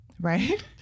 Right